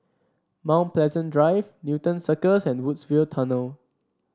Mount Pleasant Drive Newton Circus and Woodsville Tunnel